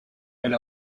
elle